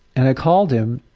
and i called him,